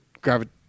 gravity